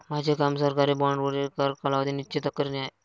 माझे काम सरकारी बाँडवरील कर कालावधी निश्चित करणे आहे